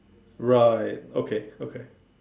right okay okay